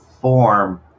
form